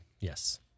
yes